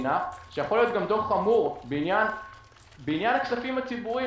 המדינה שיכול להיות דוח חמור בעניין הכספים הציבוריים